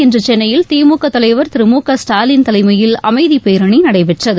இன்று சென்னையில் திமுக தலைவர் திரு மு க ஸ்டாலின் தலைமையில் அமைதி பேரணி நடைபெற்றது